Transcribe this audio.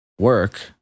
work